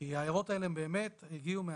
כי ההערות האלה באמת הגיעו מהשטח.